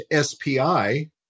SPI